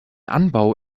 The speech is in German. anbau